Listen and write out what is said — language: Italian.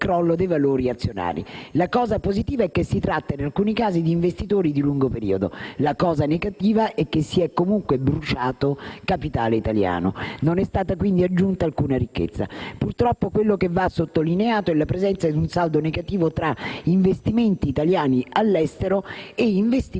La cosa positiva è che si tratta, in alcuni casi, di investitori di lungo periodo; la cosa negativa è che si è comunque «bruciato» capitale italiano. Non è stata, quindi, aggiunta alcuna ricchezza. Purtroppo, quello che va sottolineato è la presenza di un saldo negativo tra investimenti italiani all'estero e investimenti esteri in